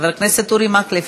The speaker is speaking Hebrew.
חבר הכנסת אורי מקלב,